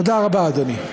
תודה רבה, אדוני.